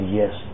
yes